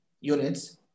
units